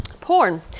Porn